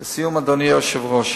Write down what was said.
לסיום, אדוני היושב-ראש,